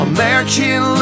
American